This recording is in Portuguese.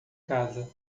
casa